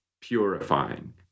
purifying